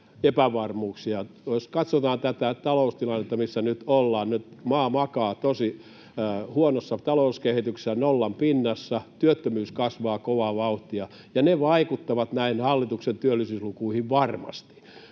Jos katsotaan tätä taloustilannetta, missä nyt ollaan, niin nyt maa makaa tosi huonossa talouskehityksessä, nollan pinnassa, työttömyys kasvaa kovaa vauhtia, ja ne vaikuttavat näin hallituksen työllisyyslukuihin varmasti,